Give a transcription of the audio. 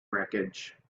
wreckage